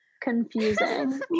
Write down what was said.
confusing